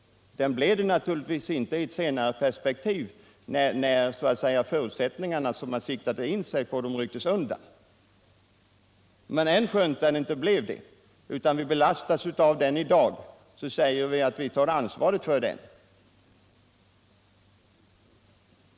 Den var naturligtvis inte så bra i ett senare perspektiv, när förutsättningarna rycktes undan. Men änskönt den inte var det, utan vi belastas av den än i dag, tar vi ansvaret för den.